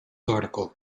article